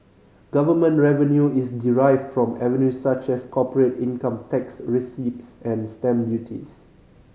government revenue is derived from avenues such as corporate income tax receipts and stamp duties